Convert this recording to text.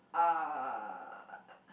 uh